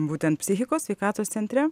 būtent psichikos sveikatos centre